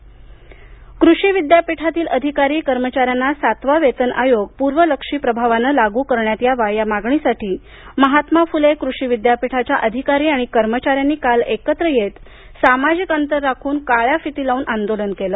वेतन आयोग क्रषि विद्यापीठातील अधिकारी कर्मचाऱ्यांना सातवा वेतन आयोग पुर्वलक्षी प्रभावानं लागू करण्यात यावा या मागणीसाठी महात्मा फुले कृषि विद्यापीठाच्या अधिकारी आणि कर्मचाऱ्यांनी काल एकत्र येत सामाजिक अंतर राखून काळ्या फिती लावून आंदोलन केलं